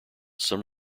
some